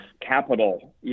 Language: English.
capital